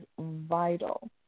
vital